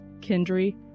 Kendry